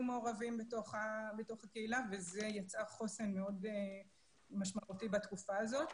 מעורבים בתוך הקהילה וזה יצר חוסן מאוד משמעותי בתקופה הזאת.